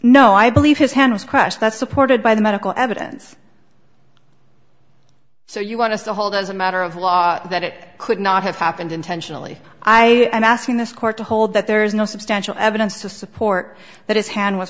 no i believe his hand was crush that's supported by the medical evidence so you want us to hold as a matter of law at that it could not have happened intentionally i am asking this court to hold that there is no substantial evidence to support that is hand w